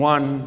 One